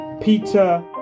Peter